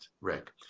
Rick